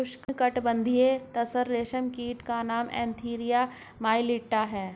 उष्णकटिबंधीय तसर रेशम कीट का नाम एन्थीरिया माइलिट्टा है